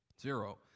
zero